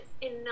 Enough